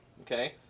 okay